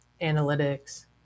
analytics